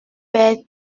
père